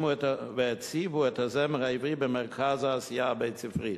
והציבו את הזמר העברי במרכז העשייה הבית-ספרית.